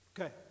Okay